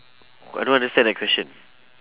I don't understand that question